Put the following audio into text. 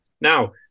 now